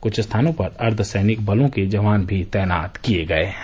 क्छ स्थानों पर अर्धसैनिक बलों के जवान भी तैनात किए गये हैं